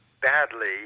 badly